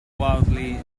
wildly